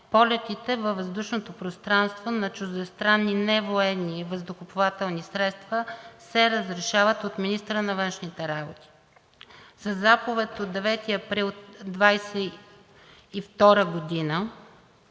полетите във въздушното пространство на чуждестранни невоенни въздухоплавателни средства се разрешават от министъра на външните работи. Със Заповед от 9 април 2022 г.